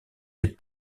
des